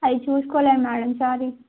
అవి చూసుకోలేదు మేడం సారి